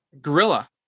gorilla